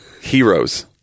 heroes